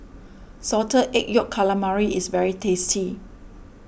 Salted Egg Yolk Calamari is very tasty